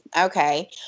Okay